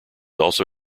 also